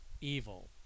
evil